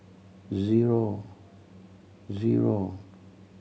zero zero